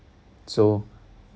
so